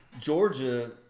Georgia –